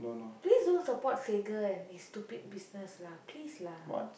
please don't support Sekar and his stupid business lah please lah